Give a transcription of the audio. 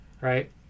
right